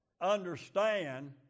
understand